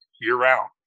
year-round